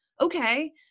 okay